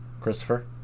Christopher